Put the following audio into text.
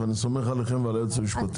נראה לי שכל היום תהיו בבתי המשפט.